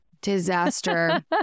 Disaster